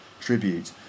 tribute